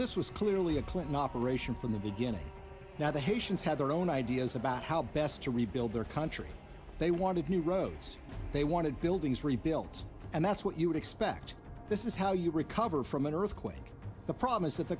this was clearly a clinton operation from the beginning now the haitians have their own ideas about how best to rebuild their country they wanted new roads they wanted buildings rebuilt and that's what you would expect this is how you recover from an earthquake the problem is that the